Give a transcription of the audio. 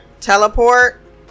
teleport